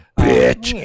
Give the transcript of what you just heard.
bitch